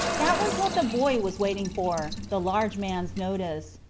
that was what the boy was waiting for the large man's notice.